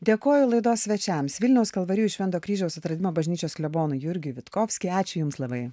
dėkoju laidos svečiams vilniaus kalvarijų švento kryžiaus atradimo bažnyčios klebonui jurgiui vitkovskiui ačiū jums labai